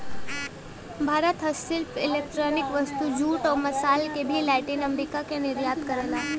भारत हस्तशिल्प इलेक्ट्रॉनिक वस्तु, जूट, आउर मसाल क भी लैटिन अमेरिका क निर्यात करला